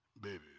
Baby